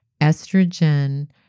estrogen